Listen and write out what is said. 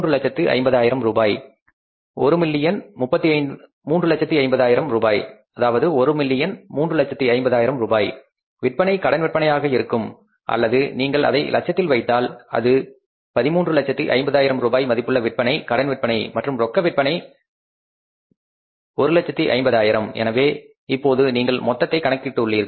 1350000 ரூபாய் 1 மில்லியன் 350000 ரூபாய் விற்பனை கடன் விற்பனையாக இருக்கும் அல்லது நீங்கள் அதை லட்சத்தில் வைத்தால் அது 1350000 ரூபாய் மதிப்புள்ள விற்பனை கடன் விற்பனை மற்றும் ரொக்க விற்பனை 150000 எனவே இப்போது நீங்கள் மொத்தத்தை கணக்கிட்டுள்ளீர்கள்